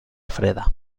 freda